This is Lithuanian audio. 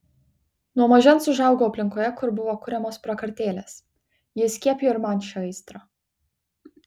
nuo mažens užaugau aplinkoje kur buvo kuriamos prakartėlės ji įskiepijo ir man šią aistrą